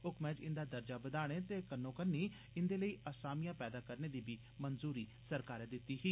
who कमै च इन्दा दर्जा बदाने दे कन्नो कन्नी इन्दे लेई असामियां पैदा करने दी बी मंजूरी सरकारै दिती ही